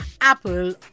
Apple